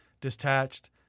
detached